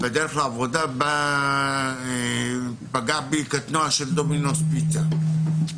בדרך לעבודה פגע בי קטנוע של דומינוס פיצה.